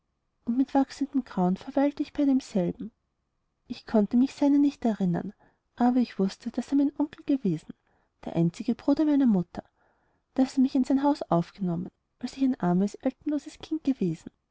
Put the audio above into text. und mit wachsendem grauen verweilte ich bei demselben ich konnte mich seiner nicht erinnern aber ich wußte daß er mein onkel gewesen der einzige bruder meiner mutter daß er mich in sein haus aufgenommen als ich ein armes elternloses kind gewesen